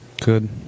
Good